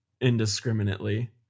indiscriminately